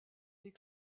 les